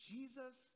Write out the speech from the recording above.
Jesus